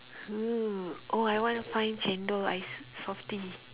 oo oh I want to find chendol ice Softee